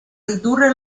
ridurre